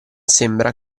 sembra